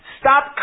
stop